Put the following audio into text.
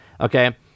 Okay